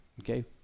okay